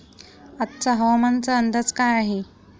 आजचा हवामानाचा अंदाज काय आहे?